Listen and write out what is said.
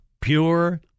pure